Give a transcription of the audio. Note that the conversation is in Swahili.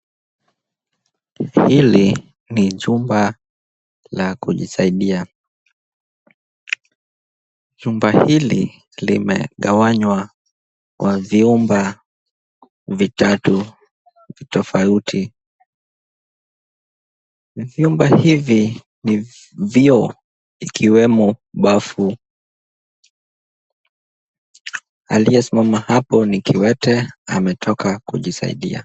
Hili ni jumba la kujisaidia. Jumba hili limegawanywa kwa vyumba vitatu tofauti. Vyumba hivi ni vyoo ikiwemo bafu. Aliyesimama hapo ni kiwete ametoka kujisaidia.